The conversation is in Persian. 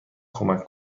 کمک